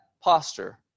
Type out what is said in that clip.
posture